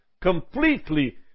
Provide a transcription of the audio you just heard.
completely